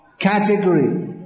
Category